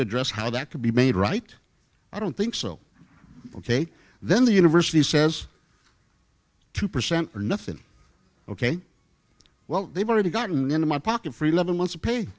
address how that could be made right i don't think so ok then the university says two percent or nothing ok well they've already gotten into my pocket for eleven months a pay